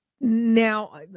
now